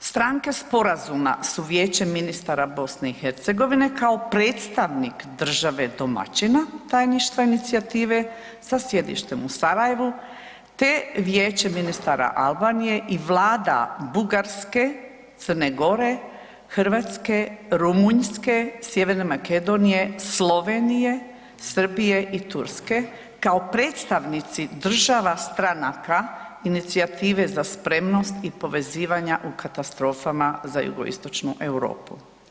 stranke sporazuma su Vijeće ministara BiH kao predstavnik države domaćina tajništva inicijative, sa sjedištem u Sarajevu te Vijeće ministara Albanije i vlada Bugarske, Crne Gore, Hrvatske, Rumunjske, Sjeverne Makedonije, Slovenije, Srbije i Turske, kao predstavnici država stranaka inicijative za spremnost i povezivanja u katastrofama za jugoistočnu Europu.